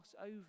over